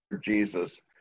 Jesus